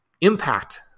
impact